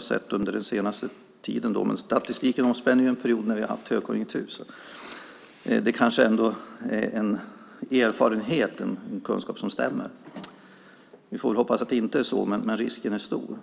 Statistiken den senare tiden omspänner en period när vi har haft högkonjunktur, så det kanske ändå är en erfarenhet och kunskap som stämmer. Vi får väl hoppas att det inte är så, men risken är stor.